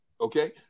okay